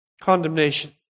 condemnation